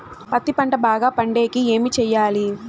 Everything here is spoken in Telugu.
పత్తి పంట బాగా పండే కి ఏమి చెయ్యాలి?